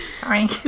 sorry